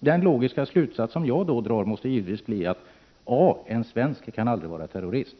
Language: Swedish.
Den logiska slutsats som jag då drar måste givetvis bli att a) En svensk kan aldrig vara terrorist.